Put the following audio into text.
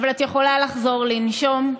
אבל את יכולה לחזור לנשום,